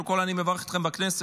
קודם כול, אני מברך אתכם בכנסת.